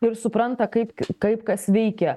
ir supranta kaip kaip kas veikia